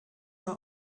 war